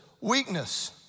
Weakness